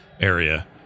area